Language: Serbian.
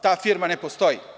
Ta firma ne postoji.